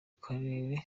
karere